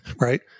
right